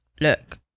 Look